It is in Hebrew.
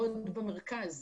בבתי החולים,